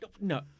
No